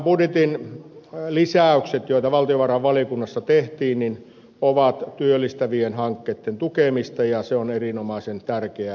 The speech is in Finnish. tämän budjetin lisäykset joita valtiovarainvaliokunnassa tehtiin ovat työllistävien hankkeitten tukemista ja se on erinomaisen tärkeä asia